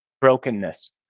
brokenness